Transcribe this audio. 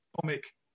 comic